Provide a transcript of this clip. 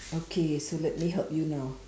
okay so let me help you now